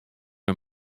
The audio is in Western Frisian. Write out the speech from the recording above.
him